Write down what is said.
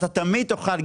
אתה תמיד תוכל,